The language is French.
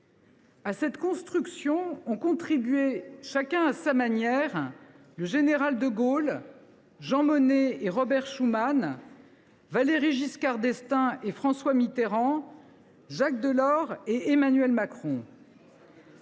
À cette construction ont contribué, chacun à sa manière, le général de Gaulle, Jean Monnet et Robert Schuman, Valéry Giscard d’Estaing et François Mitterrand, Jacques Delors et Emmanuel Macron.